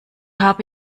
habe